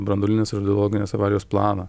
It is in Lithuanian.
branduolinės radiologinės avarijos planą